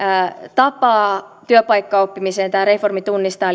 tapaa työpaikkaoppimiseen tämä reformi tunnistaa